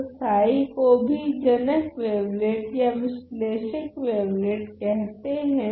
तो साई को भी जनक वेवलेट या विश्लेषक वेवलेट कहते हैं